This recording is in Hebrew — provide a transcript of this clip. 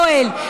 יואל,